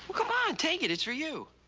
come on, take it, it's for you.